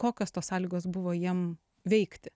kokios tos sąlygos buvo jiem veikti